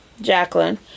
Jacqueline